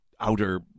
outer